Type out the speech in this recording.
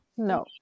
no